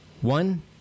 one